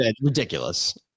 Ridiculous